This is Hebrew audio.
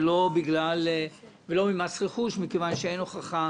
ולא ממס רכוש מכיוון שאין הוכחה